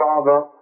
Father